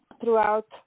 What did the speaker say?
throughout –